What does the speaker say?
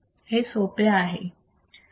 हे सोपे आहे